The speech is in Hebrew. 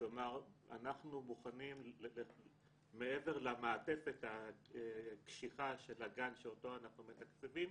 כלומר אנחנו בוחנים מעבר למעטפת הקשיחה של הגן שאותו אנחנו מתקצבים,